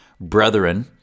brethren